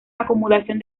acumulación